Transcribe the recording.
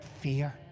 fear